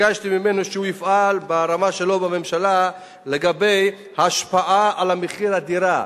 שביקשתי ממנו לפעול ברמה שלו בממשלה לגבי ההשפעה על מחיר הדירה.